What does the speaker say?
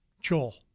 Joel